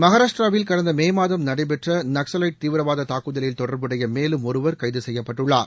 மகாராஷ்டிராவில் கடந்த மே மாதம் நடைபெற்ற நக்ஸவைட் தீவிரவாத தூக்குதலில் தொடர்புடைய மேலும் ஒருவர் கைது செய்யப்பட்டுள்ளார்